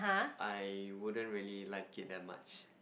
I wouldn't really like it that much